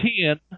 ten